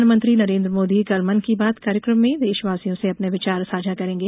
प्रधानमंत्री नरेन्द्र मोदी कल मन की बात कार्यक्रम में देशवासियों से अपने विचार साझा करेंगे